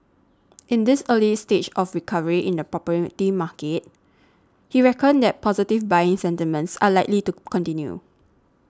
in this early stage of recovery in the property the market he reckoned that positive buying sentiments are likely to continue